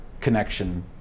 connection